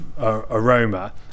aroma